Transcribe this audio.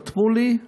חתמו לי,